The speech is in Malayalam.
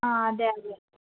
ആ അതെ അറിയാം